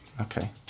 Okay